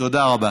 תודה רבה.